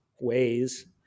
ways